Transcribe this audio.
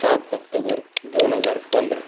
सात ऑक्टोबर दोन हजार पंधरा